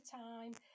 time